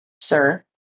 sir